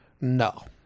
No